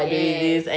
yes